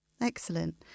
Excellent